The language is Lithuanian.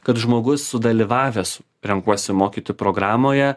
kad žmogus sudalyvavęs renkuosi mokyti programoje